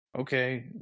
Okay